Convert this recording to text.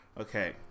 okay